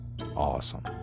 Awesome